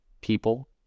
people